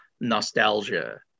nostalgia